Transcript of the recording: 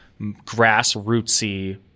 grassrootsy